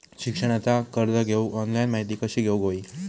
शिक्षणाचा कर्ज घेऊक ऑनलाइन माहिती कशी घेऊक हवी?